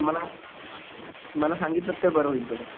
मला मला सांगितलंत तर बरं होईल सर